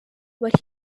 what